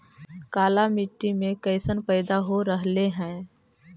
काला मिट्टी मे कैसन पैदा हो रहले है?